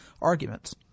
arguments